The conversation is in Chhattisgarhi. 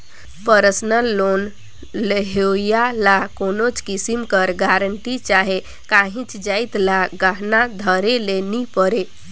परसनल लोन लेहोइया ल कोनोच किसिम कर गरंटी चहे काहींच जाएत ल गहना धरे ले नी परे